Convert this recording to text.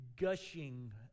gushing